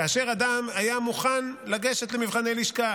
כאשר אדם היה מוכן לגשת למבחני לשכה,